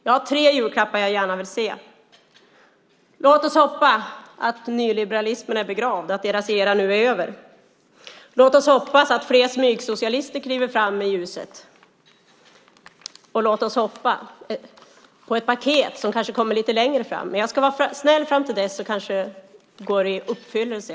Jag har tre saker på min önskelista: Låt oss hoppas att nyliberalismen är begravd och att den eran nu är över. Låt oss hoppas att fler smygsocialister kliver fram i ljuset. Låt oss hoppas på ett paket som kanske kommer lite längre fram. Men jag ska vara snäll så länge så kanske det går i uppfyllelse.